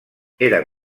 era